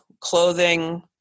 clothing